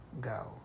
go